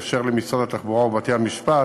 וזה יאפשר למשרד התחבורה ובתי-המשפט